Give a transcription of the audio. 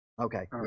Okay